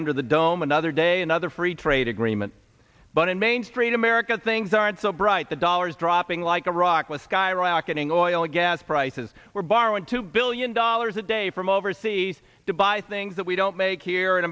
under the dome another day another free trade agreement but in mainstream america things aren't so bright the dollars dropping like a rock with skyrocketing oil and gas prices we're borrowing two billion dollars a day from overseas to buy things that we don't make here in